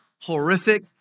horrific